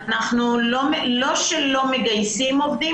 זה לא רק שלא מגייסים עובדים,